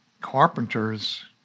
carpenters